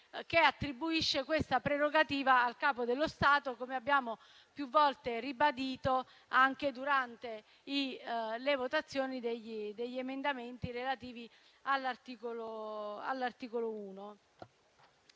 che attribuisce questa prerogativa al Capo dello Stato, come abbiamo più volte ribadito anche durante le votazioni degli emendamenti relativi all'articolo 1.